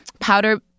powder